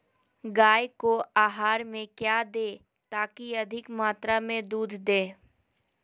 गाय को आहार में क्या दे ताकि अधिक मात्रा मे दूध दे?